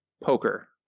poker